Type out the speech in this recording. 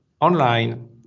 online